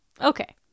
Okay